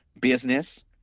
business